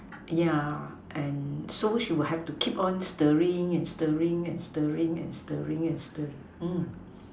yeah and so she would have to keep on stirring and stirring and stirring and stirring and stirring hmm